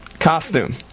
costume